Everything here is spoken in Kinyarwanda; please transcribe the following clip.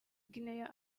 guinea